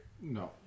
No